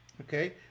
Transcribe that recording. okay